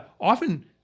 often